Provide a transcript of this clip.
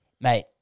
Mate